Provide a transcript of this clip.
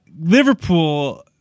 Liverpool